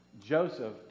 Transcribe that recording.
Joseph